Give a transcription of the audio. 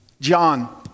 John